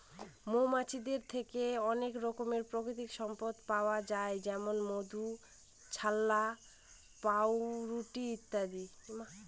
মৌমাছিদের থেকে অনেক রকমের প্রাকৃতিক সম্পদ পাওয়া যায় যেমন মধু, ছাল্লা, পাউরুটি ইত্যাদি